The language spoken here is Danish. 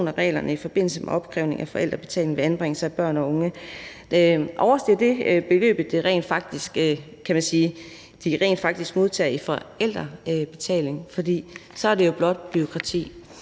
af reglerne i forbindelse med opkrævning af forældrebetaling ved anbringelser af børn og unge. Overstiger beløbet det, de rent faktisk modtager i forældrebetaling, er det jo blot bureaukrati.